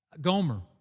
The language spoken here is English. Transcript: Gomer